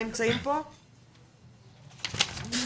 אמיר